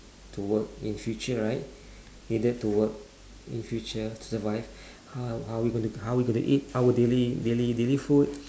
to work in future right need them to work in future to survive how how we going to how we going to eat our our daily daily daily food